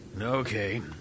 Okay